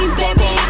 baby